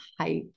hype